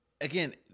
again